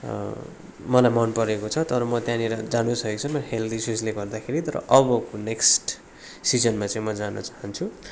मलाई मनपरेको छ तर म त्यहाँनेरि जानु सकेको छैन मेरो हेल्थ इस्युजले गर्दाखेरि तर अबको नेक्स्ट सिजनमा चाहिँ म जान चाहन्छु